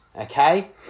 Okay